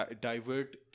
divert